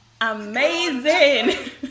Amazing